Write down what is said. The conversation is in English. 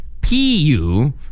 P-U